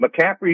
McCaffrey